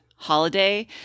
holiday